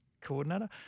coordinator